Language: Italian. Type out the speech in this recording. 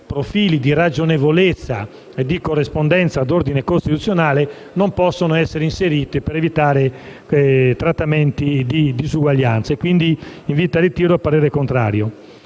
profili di ragionevolezza e di corrispondenza d'ordine costituzionale, non possono essere inserite per evitare trattamenti di disuguaglianza. Invito quindi al ritiro, altrimenti esprimo parere contrario.